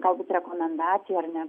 galbūt rekomendacija ar ne